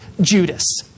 Judas